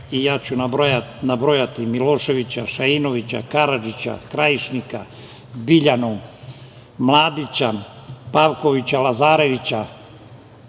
i ja ću nabrojati Miloševića, Šainovića, Karadžića, Krajišnika, Biljanu, Mladića, Pavkovića, Lazarevića.